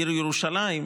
העיר ירושלים,